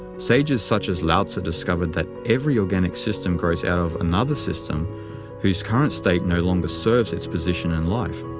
sages such as lao-tzu discovered that every organic system grows out of another system whose current state no longer serves its position in life.